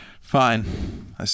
Fine